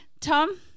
Tom